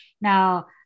Now